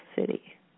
city